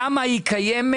למה היא קיימת.